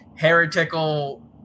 heretical